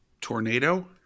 Tornado